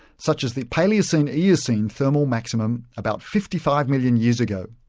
such as the palaeocene-eocene thermal maximum about fifty five million years ago.